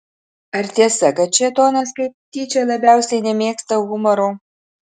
ar tiesa kad šėtonas kaip tyčia labiausiai nemėgsta humoro